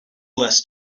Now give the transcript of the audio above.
less